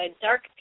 dark